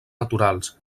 naturals